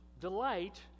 delight